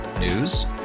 News